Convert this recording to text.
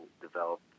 develop